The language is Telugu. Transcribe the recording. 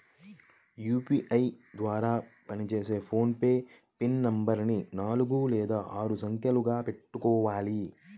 యూపీఐ ద్వారా పనిచేసే ఫోన్ పే పిన్ నెంబరుని నాలుగు లేదా ఆరు సంఖ్యలను పెట్టుకోవాలి